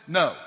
no